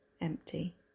empty